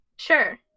Sure